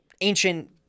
ancient